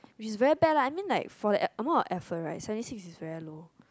which is very bad lah I mean like for that a~ amount of effort right seventy six is very low